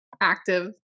active